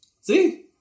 See